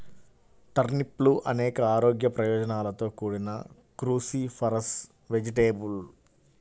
టర్నిప్లు అనేక ఆరోగ్య ప్రయోజనాలతో కూడిన క్రూసిఫరస్ వెజిటేబుల్